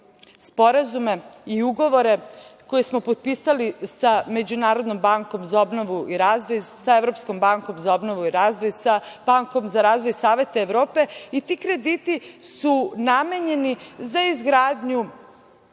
sporazume i ugovore koje smo potpisali sa Međunarodnom bankom za obnovu i razvoj, sa Evropskom bankom za obnovu i razvoj, sa Bankom za razvoj Saveta Evrope i ti krediti su namenjeni za izgradnju